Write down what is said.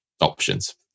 options